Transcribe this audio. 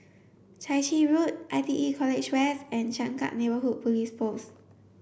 Chai Chee Road I T E College West and Changkat Neighbourhood Police Post